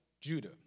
Judah